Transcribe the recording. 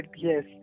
yes